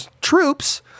troops